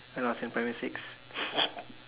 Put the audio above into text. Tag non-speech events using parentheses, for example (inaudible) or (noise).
when I was in primary six (laughs)